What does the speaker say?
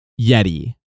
Yeti